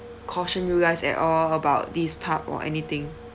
caution you guys at all about these pub or anything